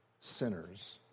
sinners